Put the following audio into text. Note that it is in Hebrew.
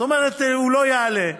זאת אומרת הוא לא יעלה.